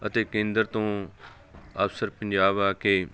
ਅਤੇ ਕੇਂਦਰ ਤੋਂ ਅਫਸਰ ਪੰਜਾਬ ਆ ਕੇ